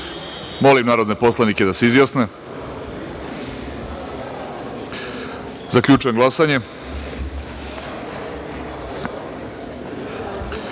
narodne poslanike da se izjasne. Zaključujem glasanje: